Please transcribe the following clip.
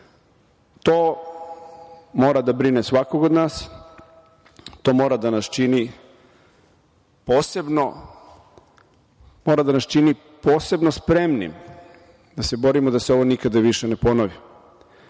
To mora da brine svakog od nas, to mora da nas čini posebno spremnim da se borimo da se ovo nikada više ne ponovi. Ali,